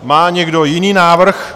Má někdo jiný návrh?